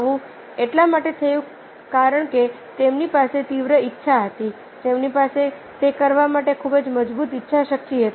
આવું એટલા માટે થયું કારણ કે તેમની પાસે તીવ્ર ઈચ્છા હતી તેમની પાસે તે કરવા માટે ખૂબ જ મજબૂત ઈચ્છાશક્તિ હતી